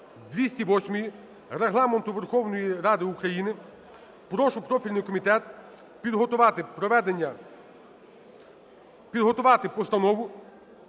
208 Регламенту Верховної Ради України прошу профільний комітет підготувати проведення,